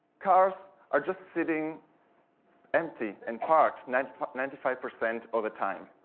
cars are just sitting empty and parked ninety ninety five percent of the time.